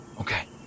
okay